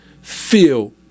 feel